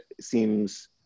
seems